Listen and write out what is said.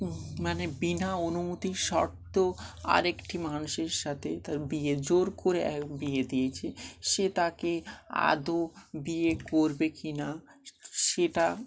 মানে বিনা অনুমতির শর্তেও আরেকটি মানুষের সাথে তার বিয়ে জোর করে বিয়ে দিয়েছে সে তাকে আদৌ বিয়ে করবে কি না সেটা